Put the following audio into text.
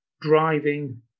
driving